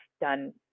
done